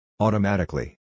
Automatically